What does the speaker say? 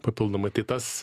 papildomai tai tas